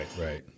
right